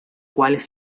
cuales